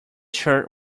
shirt